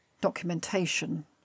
documentation